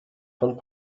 von